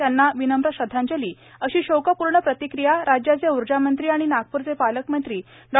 त्यांना विनम्र श्रद्धांजली अशी शोकपूर्ण प्रतिक्रिया राज्याचे ऊर्जा मंत्री आणि नागपूरचे पालक मंत्री डॉ